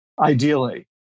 ideally